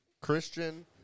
Christian